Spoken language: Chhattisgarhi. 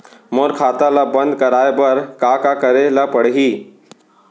मोर खाता ल बन्द कराये बर का का करे ल पड़ही?